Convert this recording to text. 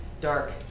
dark